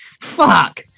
Fuck